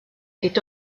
est